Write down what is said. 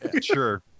Sure